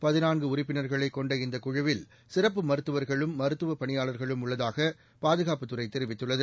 பதினான்கு உறுப்பினர்கள் கொண்ட இந்தக் குழுவில் சிறப்பு மருத்துவர்களும் மருத்துவ பணியாளர்களும் உள்ளதாக பாதுகாப்புத் துறை தெரிவித்துள்ளது